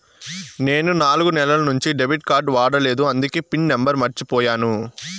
నేను నాలుగు నెలల నుంచి డెబిట్ కార్డ్ వాడలేదు అందికే పిన్ నెంబర్ మర్చిపోయాను